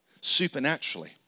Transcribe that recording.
supernaturally